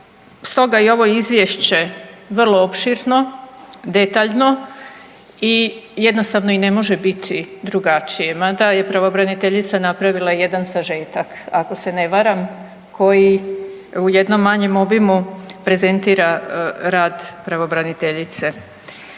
stoga je i ovo Izvješće vrlo opširno, detaljno i jednostavno i ne može biti drugačije mada je pravobraniteljica napravila jedan sažetak ako se ne varam koji u jednom manjem obimu prezentira rad pravobraniteljice.